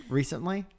recently